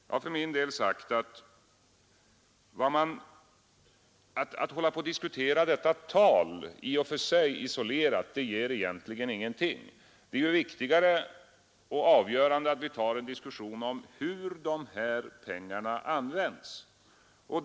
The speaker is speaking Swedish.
Jag har för min del sagt att det ger i och för sig egentligen ingenting att hålla på och diskutera detta tal isolerat. Det är ju viktigare och mera avgörande att vi för en diskussion om hur pengarna används.